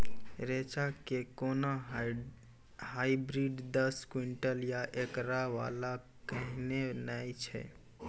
रेचा के कोनो हाइब्रिड दस क्विंटल या एकरऽ वाला कहिने नैय छै?